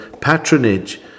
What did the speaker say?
patronage